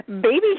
baby